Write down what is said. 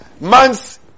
months